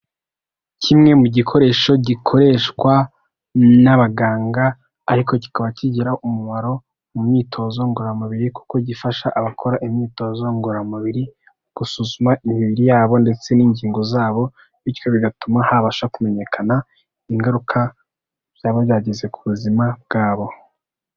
Kimwe mu gikoresho gikoreshwa n'abaganga ariko kikaba kigira umumaro mu myitozo ngororamubiri kuko gifasha abakora imyitozo ngororamubiri mu gusuzuma imibiri y'abo ndetse n'ingingo zabo, bityo bigatuma habasha kumenyekana ingaruka byaba byageze ku buzima bwabo.